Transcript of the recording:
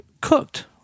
cooked